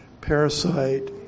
parasite